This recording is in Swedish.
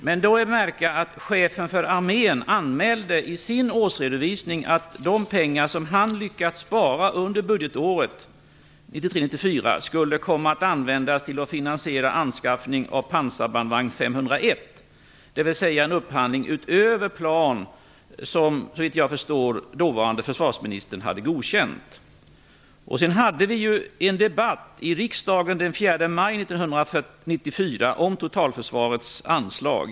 Men då är att märka att chefen för Armén i sin årsredovisning anmälde att de pengar som han lyckats spara under budgetåret 1993/94 skulle användas för finansiering av anskaffning av pansarbandvagn 501, dvs. en upphandling utöver den plan som, såvitt jag förstår, den dåvarande försvarsministern hade godkänt. Sedan hade vi en debatt i riksdagen den 4 maj 1994 om totalförsvarets anslag.